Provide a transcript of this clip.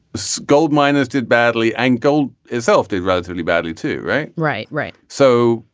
so gold miners did badly and gold itself did relatively badly too right. right. right. so.